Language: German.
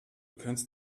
kannst